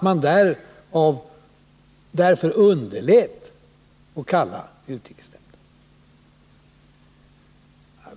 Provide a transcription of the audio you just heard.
Var det därför man underlät att sammankalla utrikesnämnden?